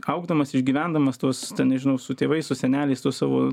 augdamas išgyvendamas tuos ten nežinau su tėvais su seneliais tuos savo